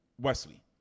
Wesley